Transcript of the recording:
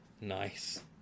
Nice